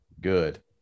good